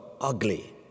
ugly